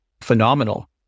phenomenal